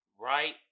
right